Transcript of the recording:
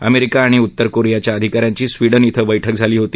America आणि उत्तर कोरियाच्या अधिका यांची स्वीडन ध्वे बैठक झाली होती